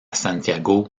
santiago